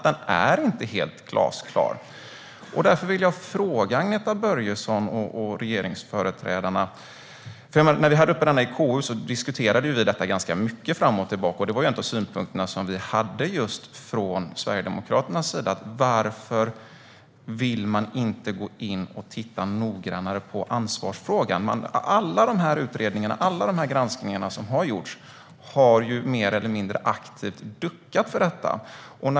Den är inte helt glasklar. Jag vill därför fråga Agneta Börjesson och regeringsföreträdarna varför man inte vill titta noggrannare på ansvarsfrågan, vilket var en av Sverigedemokraternas synpunkter. När frågan var uppe i KU diskuterade vi detta ganska mycket, fram och tillbaka. Alla utredningar, alla granskningar som har gjorts, har mer eller mindre aktivt duckat för det.